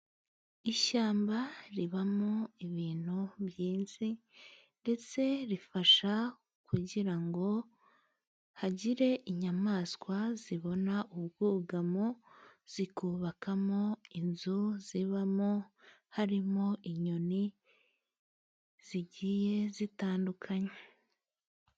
Ishyamba ribamo ibintu byinshi，ndetse rifasha kugira ngo hagire inyamaswa zibona ubwugamo， zikubakamo inzu zibamo， harimo inyoni zigiye zitandukanye.